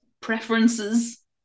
preferences